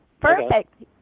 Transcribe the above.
Perfect